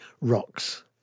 rocks